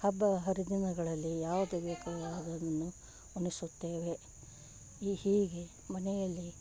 ಹಬ್ಬ ಹರಿದಿನಗಳಲ್ಲಿ ಯಾವುದೇ ಬೇಕಾದ್ದನ್ನು ಉಣಿಸುತ್ತೇವೆ ಈ ಹೀಗೆ ಮನೆಯಲ್ಲಿ